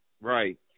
right